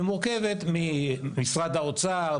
שמורכבת ממשרד האוצר,